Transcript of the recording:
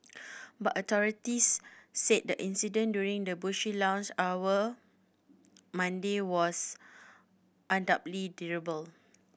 but authorities said the incident during the bush lunch hour Monday was undoubtedly